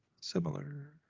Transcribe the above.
Similar